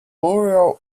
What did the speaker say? bureau